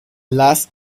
last